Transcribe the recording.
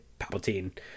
Palpatine